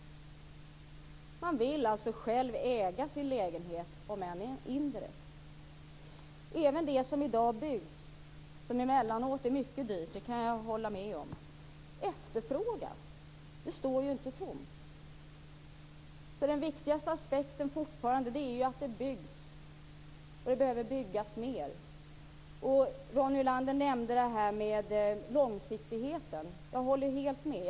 Man vill alltså själv äga sin lägenhet - om än indirekt. Även det som i dag byggs och som emellanåt är mycket dyrt, det kan jag hålla med om, efterfrågas. Det står ju inte tomt. Den viktigaste aspekten är fortfarande att det byggs. Det behöver byggas mer. Ronny Olander nämnde det här med långsiktigheten. Jag håller helt med.